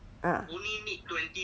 ah